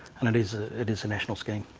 and it is it is a national scheme.